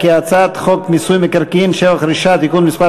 ההצעה להעביר את הצעת חוק מיסוי מקרקעין (שבח ורכישה) (תיקון מס'